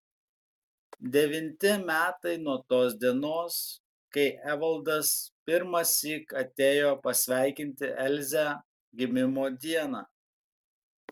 devinti metai nuo tos dienos kai evaldas pirmąsyk atėjo pasveikinti elzę gimimo dieną